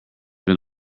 been